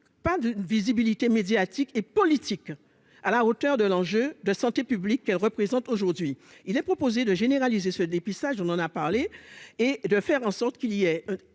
pas de visibilité médiatique et politique à la hauteur de l'enjeu de santé publique qu'elle représente, aujourd'hui, il est proposé de généraliser ce dépistage, on en a parlé, et de faire en sorte qu'il y ait